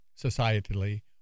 societally